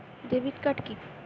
Debit card কি?